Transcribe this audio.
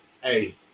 Hey